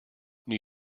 new